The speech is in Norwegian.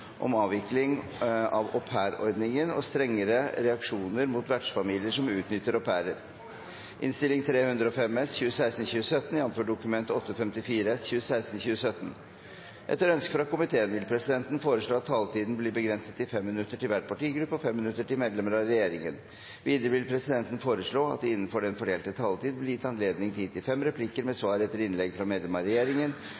vil presidenten foreslå at taletiden blir begrenset til 5 minutter til hver partigruppe og 5 minutter til medlemmer av regjeringen. Videre vil presidenten foreslå at det – innenfor den fordelte taletid – blir gitt anledning til inntil fem replikker med